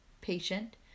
patient